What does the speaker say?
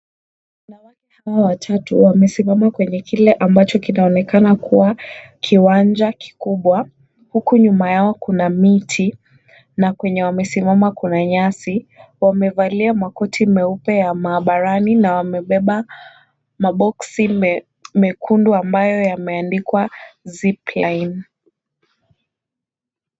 Wanawake hawa watatu, wamesimama kwenye kile ambacho kinachoonekana kuwa, kiwanja kikubwa huku nyuma yao kuna miti na kwenye wamesimama kuna nyasi. Wamevalia makoti meupe ya maabarani na wamebeba maboxi mekundu ambayo yameandikwa zip line .